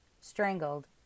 strangled